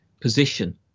position